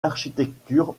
d’architecture